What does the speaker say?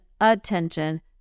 attention